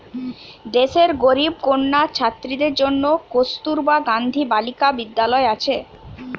দেশের গরিব কন্যা ছাত্রীদের জন্যে কস্তুরবা গান্ধী বালিকা বিদ্যালয় আছে